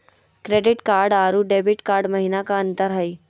Credit card अरू debit card महिना का अंतर हई?